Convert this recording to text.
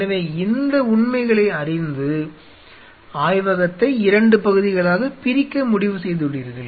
எனவே இந்த உண்மைகளை அறிந்து ஆய்வகத்தை 2 பகுதிகளாக பிரிக்க முடிவு செய்துள்ளீர்கள்